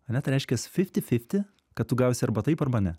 ane tai reiškias fifti fifti kad tu gausi arba taip arba ne